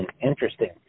Interesting